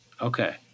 Okay